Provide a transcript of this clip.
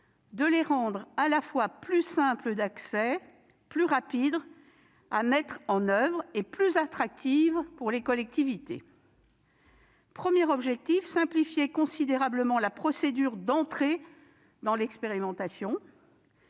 de les rendre, à la fois, plus simples d'accès, plus rapides à mettre en oeuvre et plus attractives pour les collectivités. Premier objectif : simplifier considérablement la procédure d'entrée dans l'expérimentation.